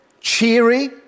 cheery